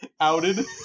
outed